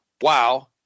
wow